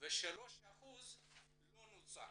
ו-3% לא נוצל.